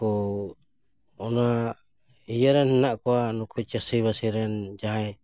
ᱠᱚ ᱚᱱᱟ ᱤᱭᱟᱹᱨᱮᱱ ᱦᱮᱱᱟᱜ ᱠᱚᱣᱟ ᱱᱩᱠᱩ ᱪᱟᱹᱥᱤᱼᱵᱟᱹᱥᱤ ᱨᱮᱱ ᱡᱟᱦᱟᱸᱭ